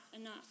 enough